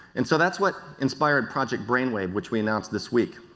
and so that's what inspired project brain wave which we announced this week.